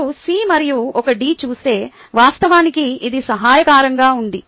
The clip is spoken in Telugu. మీరు C మరియు ఒక D చూస్తే వాస్తవానికి ఇది సహాయకరంగా ఉంది